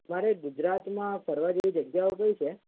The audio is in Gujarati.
મારે ગુજરાતમાં ફરવા જેવી જગ્યાઓ કઈ છે